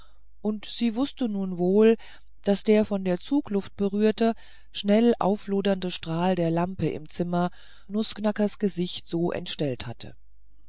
und sie wußte nun wohl daß der von der zugluft berührte schnell auflodernde strahl der lampe im zimmer nußknackers gesicht so entstellt hatte